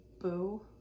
Boo